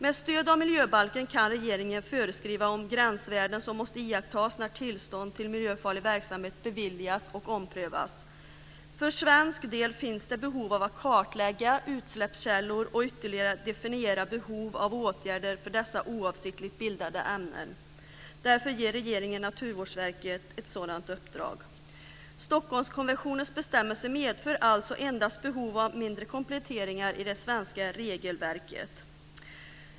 Med stöd av miljöbalken kan regeringen föreskriva gränsvärden som måste iakttas när tillstånd till miljöfarlig verksamhet beviljas och omprövas: För svensk del finns det behov av att kartlägga utsläppskällor och ytterligare definiera behov av åtgärder för dessa oavsiktligt bildade ämnen. Därför ger regeringen Naturvårdsverket ett sådant uppdrag. Stockholmskonventionens bestämmelser medför alltså endast behov av mindre kompletteringar i det svenska regelverket.